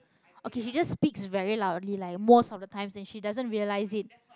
okay she just speaks very loudly like most of the times and she doesn't realise it